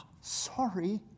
Sorry